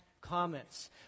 comments